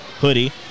hoodie